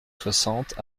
soixante